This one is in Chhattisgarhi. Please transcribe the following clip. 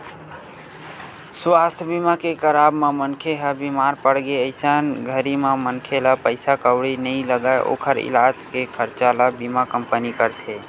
सुवास्थ बीमा के कराब म मनखे ह बीमार पड़गे अइसन घरी म मनखे ला पइसा कउड़ी नइ लगय ओखर इलाज के खरचा ल बीमा कंपनी करथे